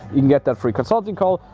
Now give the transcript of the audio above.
you can get that free consulting call,